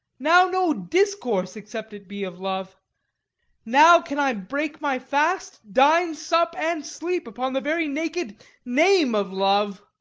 now no discourse, except it be of love now can i break my fast, dine, sup, and sleep, upon the very naked name of love.